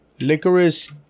Licorice